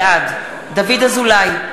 בעד דוד אזולאי,